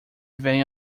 vain